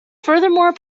furthermore